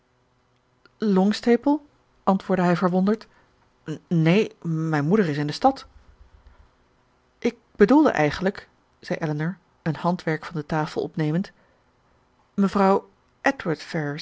longstaple antwoordde hij verwonderd neen mijn moeder is in de stad ik bedoelde eigenlijk zei elinor een handwerk van de tafel opnemend mevrouw edward